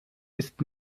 ist